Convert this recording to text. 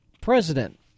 president